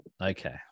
okay